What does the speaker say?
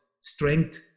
strength